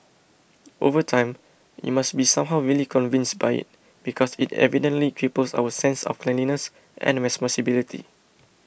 over time we must be somehow really convinced by it because it evidently cripples our sense of cleanliness and responsibility